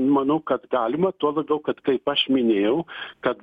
manau kad galima tuo labiau kad kaip aš minėjau kad